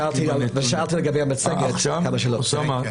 ושאלתי לגבי המצגת כמה שאלות.